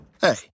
Hey